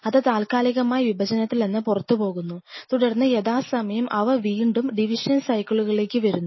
അത് താൽക്കാലികമായി വിഭജനത്തിൽ നിന്ന് പുറത്തുപോകുന്നു തുടർന്ന് യഥാസമയം അത് വീണ്ടും ഡിവിഷൻ സൈക്കിളിലേക്കു വരുന്നു